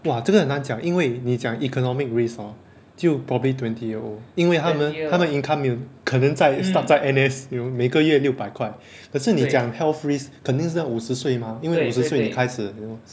哇这个很难讲因为你讲 economic risk hor 就 probably twenty year old 因为他们他们 income 没有可能在 stuck 在 N_S you know 每个月六百块可是你讲 health risk 肯定是那五十岁 mah 因为五十岁你开始 you know